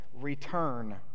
Return